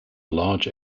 large